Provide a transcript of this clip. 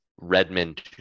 Redmond